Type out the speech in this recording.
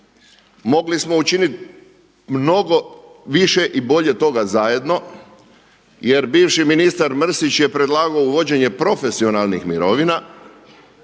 mogli smo učiniti mnogo više i bolje od toga zajedno jer bivši ministar Mrsić je predlagao uvođenje profesionalnih mirovina